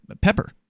pepper